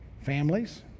families